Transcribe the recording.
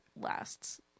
lasts